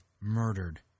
murdered